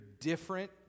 different